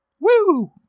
Woo